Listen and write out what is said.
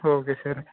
okay sir